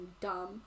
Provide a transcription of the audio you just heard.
dumb